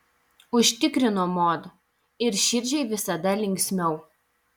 užtikrino mod ir širdžiai visada linksmiau